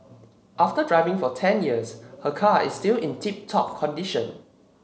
after driving for ten years her car is still in tip top condition